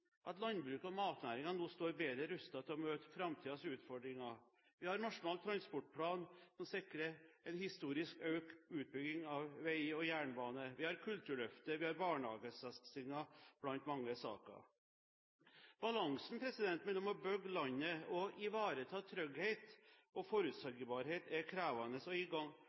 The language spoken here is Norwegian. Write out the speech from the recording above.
at landbruket og matnæringen nå står bedre rustet til å møte framtidens utfordringer. Vi har Nasjonal transportplan som sikrer en historisk økt utbygging av vei og jernbane, vi har Kulturløftet, vi har barnehagesatsingen – blant mange saker. Balansen mellom å bygge landet og ivareta trygghet og forutsigbarhet er krevende og iblant en ganske kompromissløs øvelse. Det er fristende å